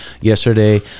Yesterday